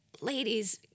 ladies